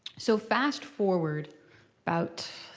so fast forward about